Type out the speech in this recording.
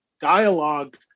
dialogue